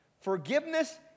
Forgiveness